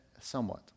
Somewhat